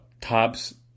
Tops